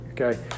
okay